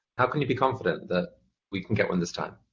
how can you be confident that we can get one this time?